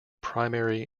primary